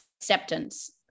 acceptance